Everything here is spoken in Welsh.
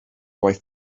waith